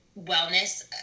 wellness